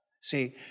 See